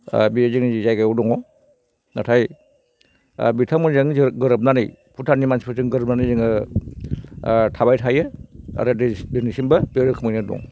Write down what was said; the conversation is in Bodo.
बेयो जोंनि जायगायाव दङ नाथाय बिथांमोनजों जोङो गोरोबनानै भुटाननि मानसिफोरजों गोरोबनानै जोङो थाबाय थायो आरो दिनैसिमबो बे रोखोमैनो दं